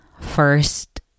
first